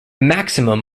maximum